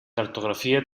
cartografia